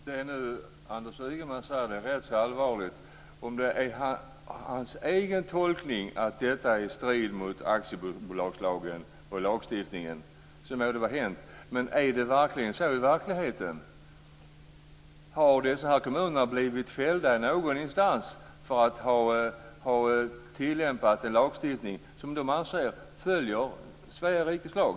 Fru talman! Det Anders Ygeman nu säger är ganska allvarligt. Om det är hans egen tolkning att detta är i strid med aktiebolagslagen och lagstiftningen må det vara hänt. Men är det så i verkligheten? Har dessa kommuner blivit fällda i någon instans för att de har tillämpat lagstiftningen? De anser att de följer Svea rikes lag.